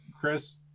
Chris